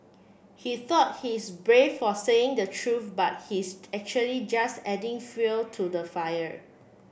he thought he's brave for saying the truth but he's actually just adding fuel to the fire